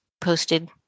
posted